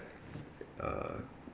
uh